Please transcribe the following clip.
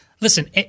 listen